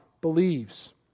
believes